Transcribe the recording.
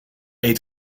eet